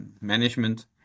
management